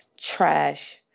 trash